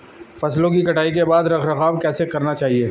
फसलों की कटाई के बाद रख रखाव कैसे करना चाहिये?